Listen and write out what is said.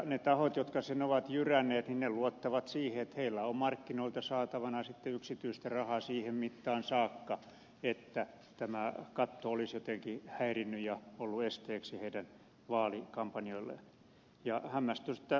ne tahot jotka sen ovat jyränneet luottavat siihen että heillä on markkinoilta saatavana sitten yksityistä rahaa siihen mittaan saakka että tämä katto olisi jotenkin häirinnyt ja ollut esteeksi heidän vaalikampanjalleen